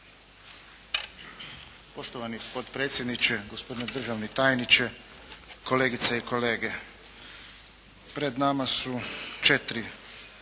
Poštovani potpredsjedniče, gospodine državni tajniče, kolegice i kolege. Pred nama su četiri